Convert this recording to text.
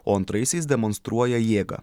o antraisiais demonstruoja jėgą